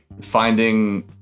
finding